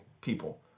people